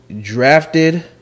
drafted –